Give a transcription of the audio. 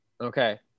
Okay